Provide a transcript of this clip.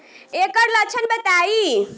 ऐकर लक्षण बताई?